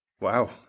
Wow